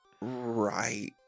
Right